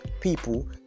people